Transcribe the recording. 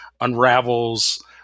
unravels